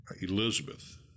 Elizabeth